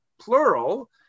plural